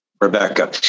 Rebecca